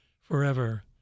forever